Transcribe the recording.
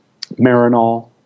marinol